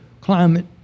climate